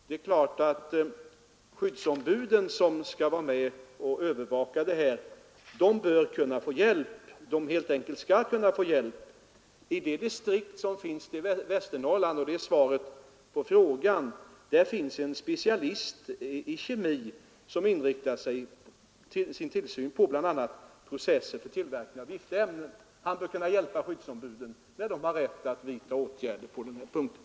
Det är klart att skyddsombuden, som skall vara med och övervaka detta, bör — och helt enkelt skall — kunna få hjälp. I det distrikt som finns i Västernorrland — och det är svaret på frågan — har man en specialist i kemi, som inriktar sin tillsyn på bl.a. processer för tillverkning av giftiga ämnen. Han bör kunna hjälpa skyddsombuden, när de har rätt att vidta åtgärder på den här punkten.